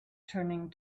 turning